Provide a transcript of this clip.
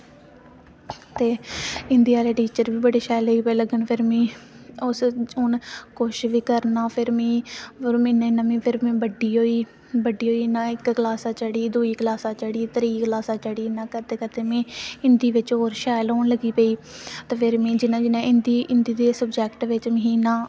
ते हिंदी आह्ले टीचर बी बड़े शैल हे पर मीं हून कुछ बी करना पर मी फिर में बड्डी होई बड्डी होई इक्क क्लासा चढ़ी ते दूई होई त्रीऽ क्लासा चढ़ी ते में हिंदी बिच होर शैल होन लग्गी पेई ते जियां कियां में हिंदी दे सब्जेक्ट बिच ही ना